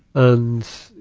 and,